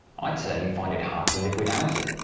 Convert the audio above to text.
i'd certainly find it hard to live without it!